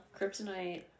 Kryptonite